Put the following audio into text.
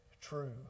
true